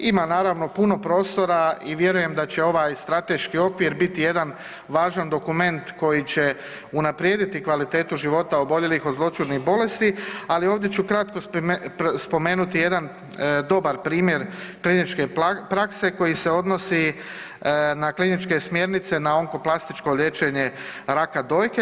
Ima naravno puno prostora i vjerujem da će ovaj strateški okvir biti jedan važan dokument koji će unaprijediti kvalitetu života oboljelih od zloćudnih bolesti, ali ovdje ću kratko spomenuti jedan dobar primjer kliničke prakse koji se odnosi na kliničke smjernice na onkoplastičko liječenje raka dojke.